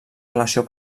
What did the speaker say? relació